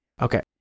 Okay